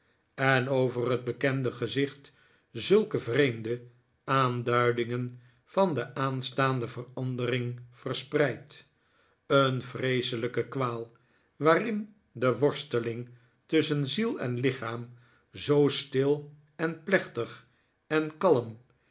en over het bekende gezicht zulke vreemde aanduidingen van de aanstaande verandering verspreidt een vreeselijke kwaal waarin de worsteling tusschen ziel en lichaam zoo stil en plechtig en kalm